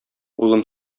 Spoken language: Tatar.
улым